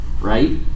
right